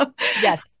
Yes